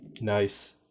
Nice